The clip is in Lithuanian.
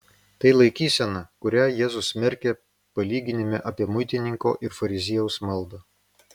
tai laikysena kurią jėzus smerkia palyginime apie muitininko ir fariziejaus maldą